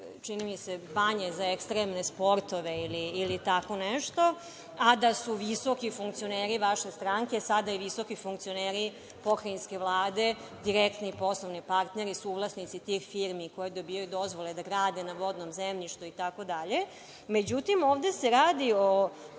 čini mi se banje za ekstremne sportove ili tako nešto, a da su visoki funkcioneri vaše stranke, sada i visoki funkcioneri pokrajinske vlade direktni poslovni partneri i suvlasnici tih firmi koje dobijaju dozvole da grade na vodnom zemljištu itd.Međutim, ovde se radi o